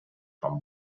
from